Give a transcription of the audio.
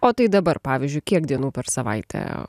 o tai dabar pavyzdžiui kiek dienų per savaitę